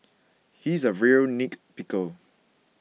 he is a really nitpicker